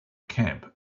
camp